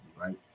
right